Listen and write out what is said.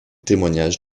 témoignage